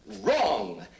Wrong